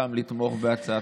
על אומנות חדשה,